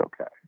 okay